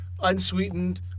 unsweetened